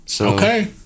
Okay